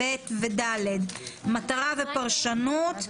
מטרה ופרשניות,